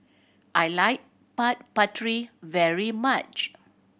I like Papri very much